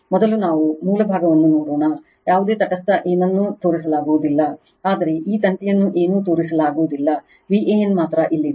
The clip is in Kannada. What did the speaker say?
ಮೊದಲು ನಾವು ಮೂಲ ಭಾಗವನ್ನು ನೋಡೋಣ ಯಾವುದೇ ತಟಸ್ಥ ಏನನ್ನೂ ತೋರಿಸಲಾಗುವುದಿಲ್ಲ ಆದರೆ ಈ ತಂತಿಯನ್ನು ಏನೂ ತೋರಿಸಲಾಗುವುದಿಲ್ಲ Van ಮಾತ್ರ ಇಲ್ಲಿದೆ